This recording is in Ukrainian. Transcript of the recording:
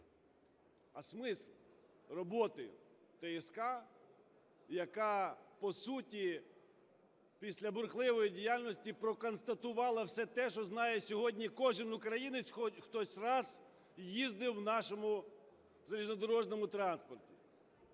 А смисл роботи ТСК, яка, по суті, після бурхливої діяльності проконстатувала все те, що знає сьогодні кожен українець, хто хоч раз їздив у нашому залізнодорожньому транспорті?